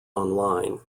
online